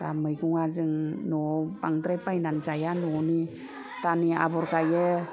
दा मैगङा जों नआव बांद्राय बायनानै जाया न'नि दालि आबर गाइयो